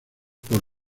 por